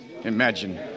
Imagine